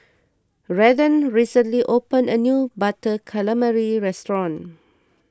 Redden recently opened a new Butter Calamari restaurant